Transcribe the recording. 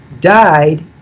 died